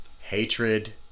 Hatred